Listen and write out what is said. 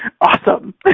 Awesome